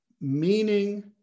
meaning